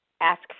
ask